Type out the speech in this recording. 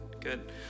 Good